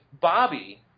Bobby